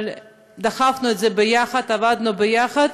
אבל דחפנו את זה יחד, עבדנו יחד.